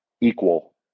equal